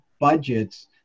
budgets